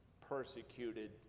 persecuted